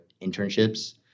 internships